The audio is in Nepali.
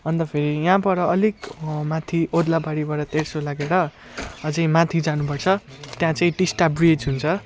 अन्त फेरि यहाँबाट अलिक माथि ओद्लाबारीबाट तेर्सो लागेर अझै माथि जानुपर्छ त्यहाँ चाहिँ टिस्टा ब्रिज हुन्छ